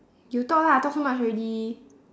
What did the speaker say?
you talk lah I talk so much already